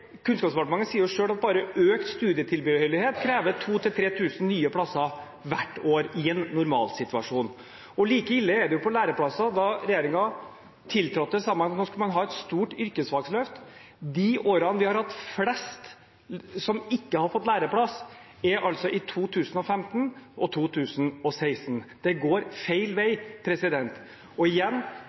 Kunnskapsdepartementet sier jo selv at bare økt studietilbøyelighet krever 2 000–3 000 nye plasser hvert år i en normalsituasjon. Like ille er det når det gjelder læreplasser. Da regjeringen tiltrådte, sa man at nå skulle man ha et stort yrkesfagsløft. De årene vi har hatt flest som ikke har fått læreplass, er altså 2015 og 2016. Det går feil vei. Og igjen,